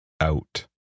out